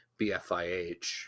BFIH